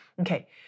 okay